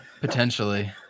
Potentially